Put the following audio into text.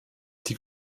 die